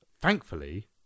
thankfully